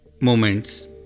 moments